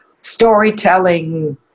storytelling